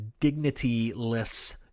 dignityless